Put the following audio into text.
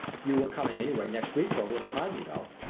you were coming anyway next week for a little time, you know.